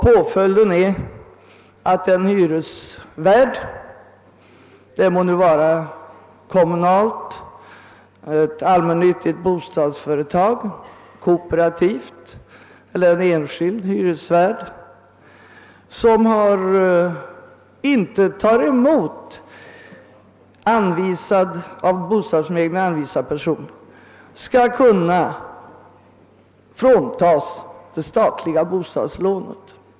Påföljden innebär att den hyresvärd — det må vara ett kommunalt allmännyttigt bostadsföretag, ett kooperativt bostadsföretag eller en enskild hyresvärd — som inte godtar av bostadsförmedlingen anvisad person skall kunna fråntas det statliga bostadslånet.